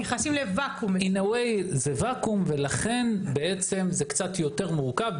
In a way זה וואקום ולכן זה קצת יותר מורכב,